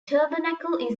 tabernacle